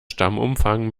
stammumfang